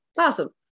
awesome